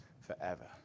forever